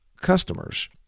customers